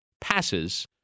passes